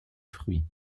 fruits